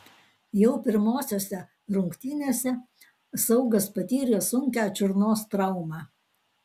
jau pirmosiose rungtynėse saugas patyrė sunkią čiurnos traumą